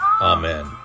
Amen